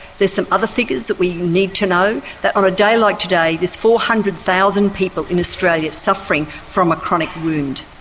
there is some other figures that we need to know, that on a day like today there is four hundred thousand people in australia suffering from a chronic wound.